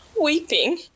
weeping